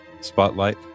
spotlight